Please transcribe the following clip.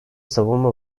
savunma